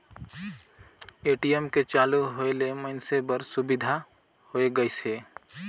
ATM के चालू होय ले मइनसे बर सुबिधा होय गइस हे